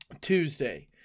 Tuesday